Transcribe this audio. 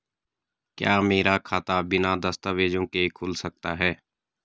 क्या मेरा खाता बिना दस्तावेज़ों के खुल सकता है?